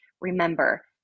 remember